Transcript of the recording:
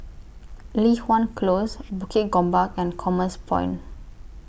Li Hwan Close Bukit Gombak and Commerce Point